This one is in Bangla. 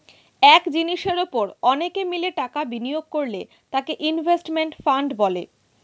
এক জিনিসের উপর অনেকে মিলে টাকা বিনিয়োগ করলে তাকে ইনভেস্টমেন্ট ফান্ড বলে